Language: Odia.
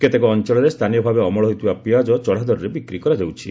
କେତେକ ଅଞ୍ଚଳରେ ସ୍ଥାନୀୟ ଭାବେ ଅମଳ ହେଉଥିବା ପିଆଜ ଚଢ଼ାଦର୍ରେ ବିକ୍ରି କରାଯାଉଛି